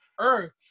Earth